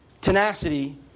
tenacity